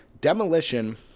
Demolition